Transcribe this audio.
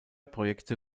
projekte